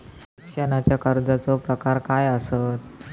शिक्षणाच्या कर्जाचो प्रकार काय आसत?